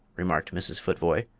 remarked mrs. futvoye.